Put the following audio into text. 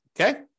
Okay